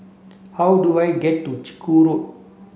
how do I get to Chiku Road